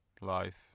life